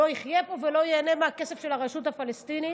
לא יחיה פה ולא ייהנה מהכסף של הרשות הפלסטינית.